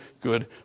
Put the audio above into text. good